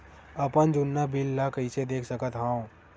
अपन जुन्ना बिल ला कइसे देख सकत हाव?